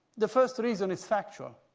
the first reason is factual.